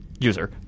User